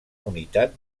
unitat